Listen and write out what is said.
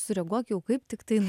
sureaguok jau kaip tiktai